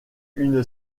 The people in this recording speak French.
une